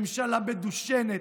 ממשלה מדושנת,